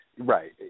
Right